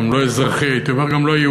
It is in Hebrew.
גם לא אזרחי,